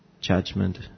judgment